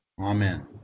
amen